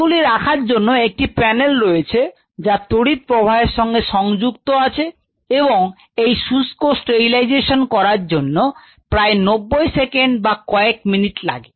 এগুলি রাখার জন্য একটি প্যানেল রয়েছে যা তড়িৎ প্রবাহের সঙ্গে সংযুক্ত আছে এবং এই শুষ্ক স্টেরিলাইজেশন করার জন্য প্রায় 90 সেকেন্ড বা কয়েক মিনিট লাগে